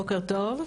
בוקר טוב.